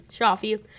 Shafi